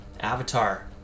Avatar